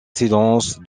silence